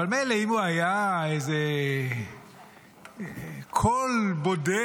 אבל מילא אם הוא היה איזה קול בודד